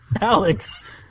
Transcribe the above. Alex